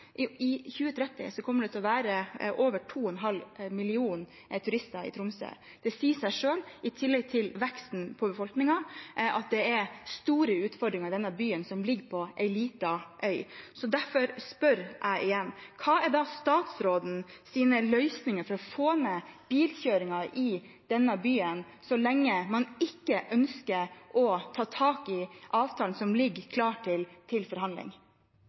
2030 på 8,1 pst. I 2030 kommer det til å være over 2,5 millioner turister i Tromsø. Det sier seg selv at det – i tillegg til befolkningsveksten – vil gi store utfordringer i denne byen som ligger på en liten øy. Derfor spør jeg igjen: Hva er statsrådens løsninger for å få ned bilkjøringen i denne byen, så lenge man ikke ønsker å ta tak i avtalen som ligger klar til forhandling? Eg vil igjen oppfordre representanten til